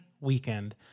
weekend